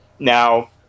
Now